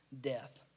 death